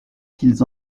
qu’ils